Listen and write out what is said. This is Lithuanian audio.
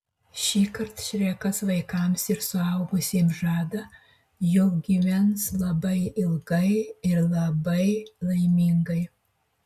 šįkart šrekas vaikams ir suaugusiems žada jog gyvens labai ilgai ir labai laimingai